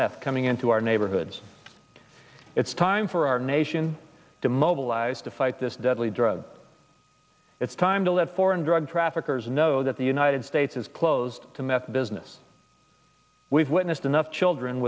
meth coming into our neighborhoods it's time for our nation to mobilize to fight this deadly drug it's time to let foreign drug traffickers know that the united states is closed to meth business we've witnessed enough children